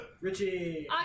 Richie